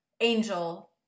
Angel